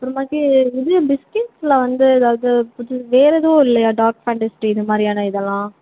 அப்பறமேக்கி இது பிஸ்கெட்ஸில் வந்து எதாவது புது வேறு எதுவும் இல்லையா டார்க் ஃபேண்டஸ்டி இது மாதிரியான இதெல்லாம்